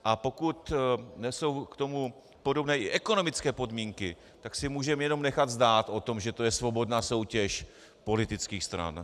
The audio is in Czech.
A pokud nejsou k tomu podobné i ekonomické podmínky, tak si můžeme jenom nechat zdát o tom, že to je svobodná soutěž politických stran.